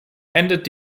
endet